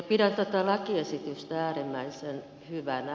pidän tätä lakiesitystä äärimmäisen hyvänä